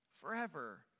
forever